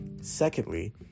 Secondly